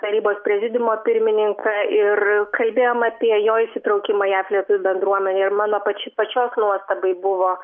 tarybos prezidiumo pirmininką ir kalbėjom apie jo įsitraukimą į jav lietuvių bendruomenę ir mano pač pačios nuostabai buvo